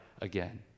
again